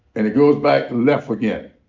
and it goes back left again.